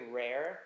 rare